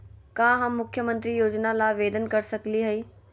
का हम मुख्यमंत्री योजना ला आवेदन कर सकली हई?